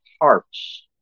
hearts